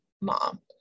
mom